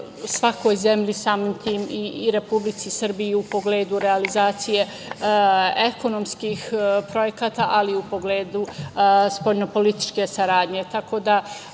svakoj zemlji, samim tim i Republici Srbiji u pogledu realizacije ekonomskih projekata, ali i u pogledu spoljnopolitičke saradnje,